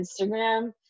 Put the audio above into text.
Instagram